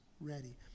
ready